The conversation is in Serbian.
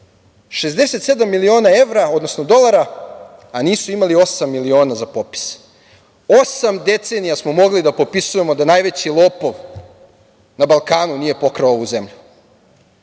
67 miliona evra, odnosno dolara, a nisu imali osam miliona za popis. Osam decenija smo mogli da popisujemo da najveći lopov na Balkanu nije pokrao ovu zemlju.